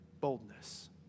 boldness